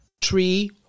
tree